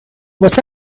واسه